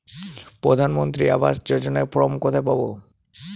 প্রধান মন্ত্রী আবাস যোজনার ফর্ম কোথায় পাব?